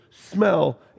smell